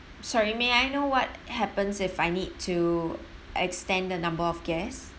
sorry may I know what happens if I need to extend the number of guests